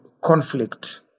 conflict